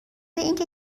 اینکه